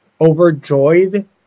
overjoyed